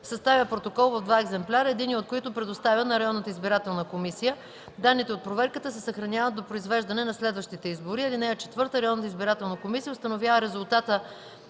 съставя протокол в два екземпляра, единия от които предоставя на районната избирателна комисия. Данните от проверката се съхраняват до произвеждане на следващите избори. (4) Районната избирателна комисия